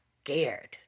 scared